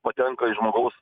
patenka į žmogaus